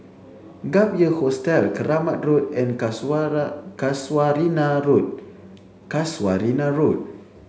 Gap Year Hostel Keramat Road and Casuarina Road Casuarina Road